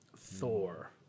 Thor